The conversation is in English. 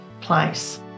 place